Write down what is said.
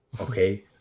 Okay